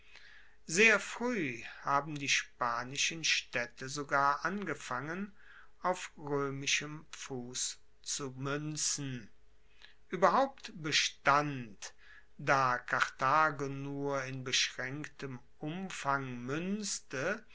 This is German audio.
sehr frueh haben die spanischen staedte sogar angefangen auf roemischen fuss zu muenzen ueberhaupt bestand da karthago nur in beschraenktem umfang muenzte